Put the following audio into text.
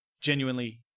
genuinely